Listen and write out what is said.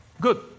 Good